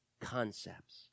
concepts